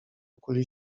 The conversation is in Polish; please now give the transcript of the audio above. kuli